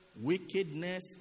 wickedness